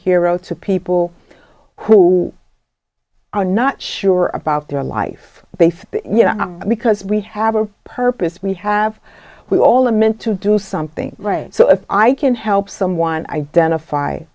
hero to people who are not sure about their life they say you know because we have a purpose we have we all are meant to do something right so if i can help someone identify